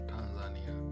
Tanzania